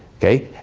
okay?